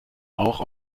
auch